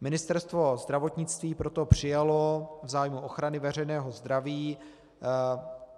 Ministerstvo zdravotnictví proto přijalo v zájmu ochrany veřejného zdraví